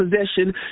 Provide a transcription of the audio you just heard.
possession